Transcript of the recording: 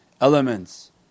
elements